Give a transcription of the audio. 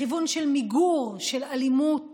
לכיוון של מיגור אלימות